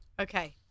Okay